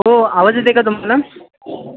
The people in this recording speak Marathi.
हो आवाज येतं आहे का तुम्हाला